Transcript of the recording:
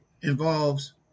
involves